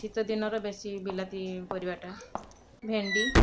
ଶୀତଦିନର ବେଶୀ ବିଲାତି ପରିବାଟା ଭେଣ୍ଡି